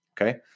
Okay